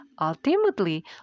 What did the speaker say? ultimately